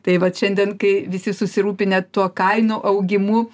tai vat šiandien kai visi susirūpinę tuo kainų augimu